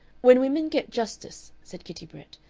when women get justice, said kitty brett,